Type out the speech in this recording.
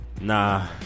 Nah